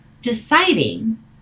deciding